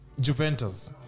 juventus